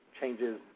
changes